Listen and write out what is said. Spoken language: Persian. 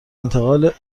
انتقال